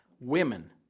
Women